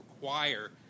require